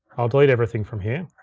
i'll delete everything from here.